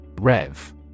Rev